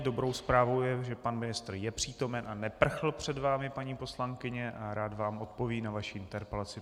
Dobrou zprávou je, že pan ministr je přítomen a neprchl před vámi, paní poslankyně, a rád vám odpoví na vaši interpelaci.